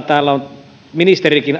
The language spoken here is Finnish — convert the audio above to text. täällä ministerikin